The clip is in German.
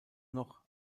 noch